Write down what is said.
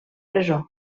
presó